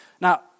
Now